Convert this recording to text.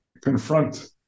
confront